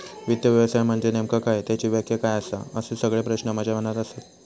वित्त व्यवसाय म्हनजे नेमका काय? त्याची व्याख्या काय आसा? असे सगळे प्रश्न माझ्या मनात आसत